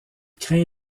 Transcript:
craint